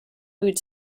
food